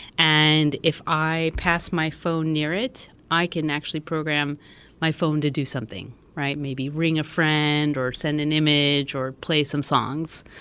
and if i pass my phone near it, i can actually program my phone to do something, maybe ring a friend, or send an image, or play some songs.